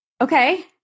Okay